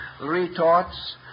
retorts